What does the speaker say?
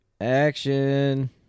Action